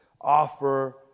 Offer